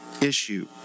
issue